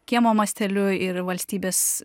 kiemo masteliu ir valstybės